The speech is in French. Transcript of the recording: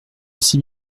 aussi